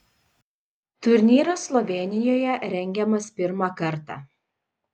turnyras slovėnijoje rengiamas pirmą kartą